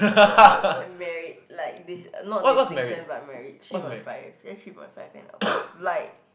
merit like dis~ not distinction but merit three point five just three point five and above like